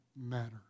matter